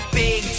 big